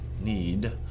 need